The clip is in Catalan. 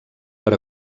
per